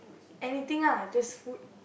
anything lah just food